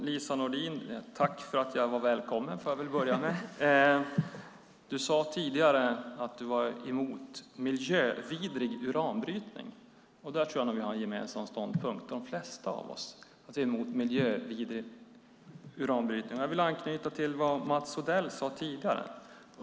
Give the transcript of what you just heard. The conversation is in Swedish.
Herr talman! Jag får börja med att tacka Lise Nordin för att jag är välkommen. Lise Nordin sade tidigare att hon är emot miljövidrig uranbrytning, och där tror jag att de flesta av oss har den gemensamma ståndpunkten att vi är emot miljövidrig uranbrytning. Och jag vill anknyta till vad Mats Odell sade tidigare.